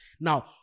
Now